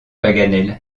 paganel